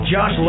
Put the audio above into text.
Josh